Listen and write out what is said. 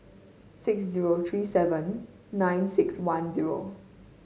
six zero three seven nine six one zero